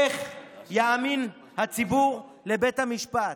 איך יאמין הציבור לבית המשפט?